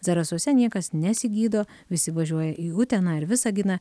zarasuose niekas nesigydo visi važiuoja į uteną ar visaginą